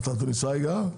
אתה תוניסאי גם?